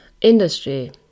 industry